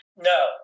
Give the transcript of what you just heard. No